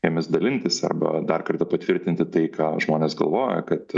jomis dalintis arba dar kartą patvirtinti tai ką žmonės galvoja kad